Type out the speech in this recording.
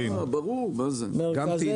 אותו.